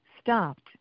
stopped